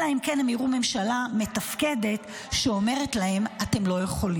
אלא אם כן הן יראו ממשלה מתפקדת שאומרת להם: אתם לא יכולים.